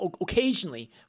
occasionally